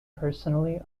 personally